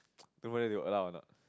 don't know whether they will allow or not